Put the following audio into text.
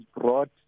brought